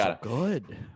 good